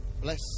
Bless